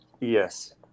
yes